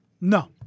No